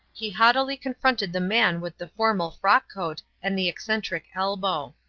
he haughtily confronted the man with the formal frock-coat and the eccentric elbow.